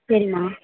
சரிம்மா